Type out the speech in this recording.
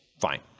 Fine